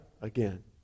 again